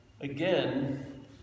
again